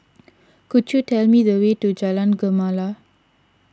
could you tell me the way to Jalan Gemala